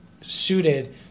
suited –